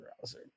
browser